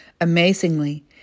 Amazingly